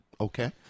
Okay